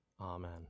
Amen